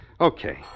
Okay